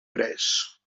pres